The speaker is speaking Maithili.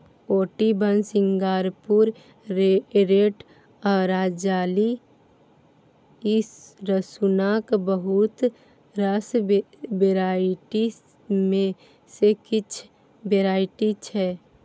ओटी वन, सिंगापुरी रेड आ राजाली रसुनक बहुत रास वेराइटी मे सँ किछ वेराइटी छै